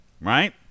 Right